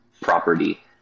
property